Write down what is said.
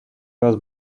was